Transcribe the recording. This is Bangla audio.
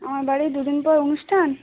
আমার বাড়ি দু দিন পর অনুষ্ঠান